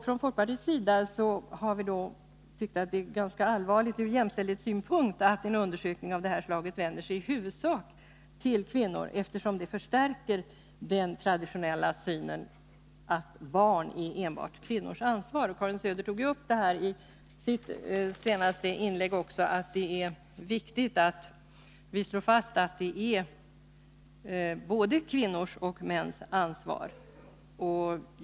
Från folkpartiets sida har vi tyckt att det är ganska allvarligt ur jämställdhetssynpunkt att en undersökning av det här slaget i huvudsak vänder sig till kvinnor, eftersom det förstärker den traditionella synen, att barn är enbart kvinnors ansvar. Karin Söder tog i sitt senaste inlägg också upp att det är viktigt att slå fast att barn är både kvinnors och mäns ansvar.